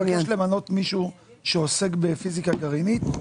אתה תבקש למנות מישהו שעוסק בפיזיקה גרעינית?